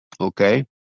Okay